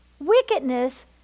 Wickedness